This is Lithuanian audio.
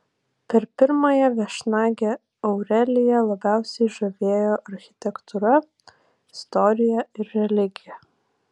per pirmąją viešnagę aureliją labiausiai žavėjo architektūra istorija ir religija